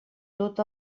tot